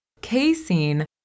casein